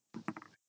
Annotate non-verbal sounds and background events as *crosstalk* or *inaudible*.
*noise*